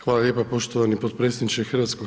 Hvala lijepa poštovani potpredsjedniče HS.